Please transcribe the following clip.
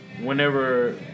whenever